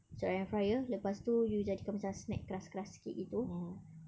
masuk dalam air fryer lepas tu you jadikan macam snack keras keras sikit gitu